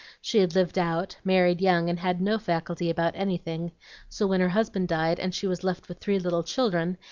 she had lived out, married young, and had no faculty about anything so when her husband died, and she was left with three little children,